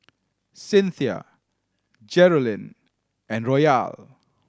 Cinthia Geralyn and Royal